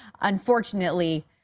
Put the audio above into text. Unfortunately